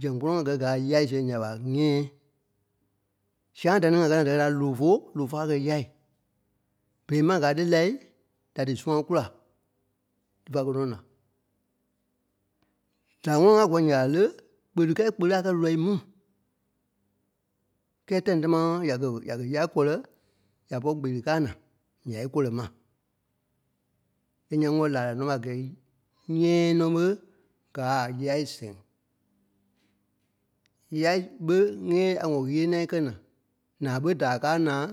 zɛŋ kpɔ́ nɔ́ ŋá gɔlɔŋ ǹya ɓa nyɛ̃ɛ. Sãâ da ni ŋa káa naa da kɛ dîa lofo, Lofo a kɛ́ yâi. Berei máŋ gáa tí lai da dí sũa kúla dífa kɛ́ nɔ́ na. Da ŋɔ́nɔ ŋá gɔlɔŋ ǹya ɓa lé? Kpeli, kpeli a kɛ́ lɔii mu. Kɛ́ɛ tãi támaa yà kɛ- yà kɛ̀ yá kɔlɛ, ya pɔ̂ri kpeli káai na ǹyai kɔlɛ ma. Kɛ́ɛ ńyaŋ ŋɔ̂ laa lai nɔ́ ɓa gɛ́ɛ nyɛ̃ɛ nɔ́ ɓé gáa a yâi sɛŋ. Yâi ɓé nyɛ̃ɛ a ŋɔ ɣéniɛi kɛ́ na ǹaa ɓé dàa káa naa,